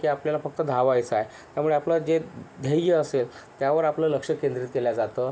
की आपल्याला फक्त धावायचं आहे त्यामुळे आपलं जे ध्येय असेल त्यावर आपलं लक्ष केंद्रित केल्या जातं